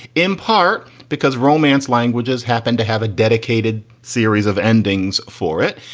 in part because romance languages happen to have a dedicated series of endings for it,